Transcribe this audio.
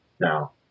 now